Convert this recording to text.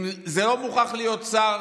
זה לא מוכרח להיות שר